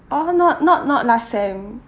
oh not not not last sem